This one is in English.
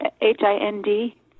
h-i-n-d